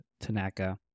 Tanaka